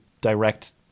direct